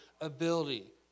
ability